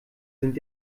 sind